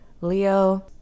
leo